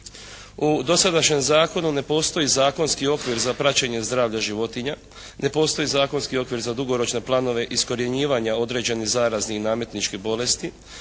U dosadašnjem zakonu ne postoji zakonski okvir za praćenje zdravlja životinja. Ne postoji zakonski okvir za dugoročne planove iskorjenjivanja određenih zaraznih i nametničkih bolesti